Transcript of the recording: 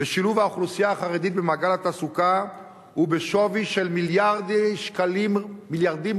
בשילוב האוכלוסייה החרדית במעגל התעסוקה הוא בשווי מיליארדים רבים